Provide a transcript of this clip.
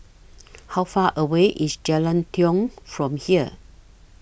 How Far away IS Jalan Tiong from here